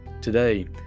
Today